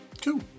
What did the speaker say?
Two